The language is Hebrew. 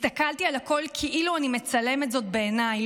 הסתכלתי על הכול כאילו אני מצלמת זאת בעיניי,